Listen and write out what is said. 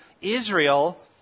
Israel